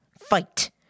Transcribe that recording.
Fight